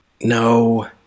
No